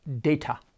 data